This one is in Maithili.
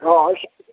हँ